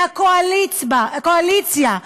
מהקואליציה,